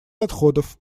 отходов